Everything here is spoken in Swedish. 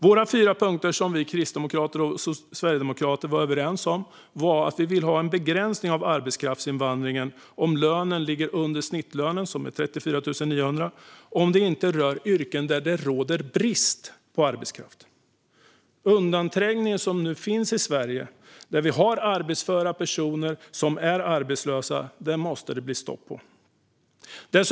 De fyra punkter som vi kristdemokrater och Sverigedemokraterna kom överens om är att vi vill ha en begränsning av arbetskraftsinvandringen om lönen ligger under snittlönen, som är 34 900, om det inte rör yrken där det råder brist på arbetskraft. Den undanträngning som nu finns i Sverige, där vi har arbetsföra personer som är arbetslösa, måste stoppas.